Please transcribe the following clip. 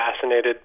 fascinated